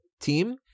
team